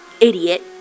idiot